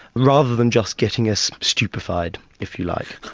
rather than just getting us stupefied, if you like.